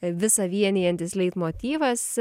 visa vienijantis leitmotyvas